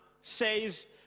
says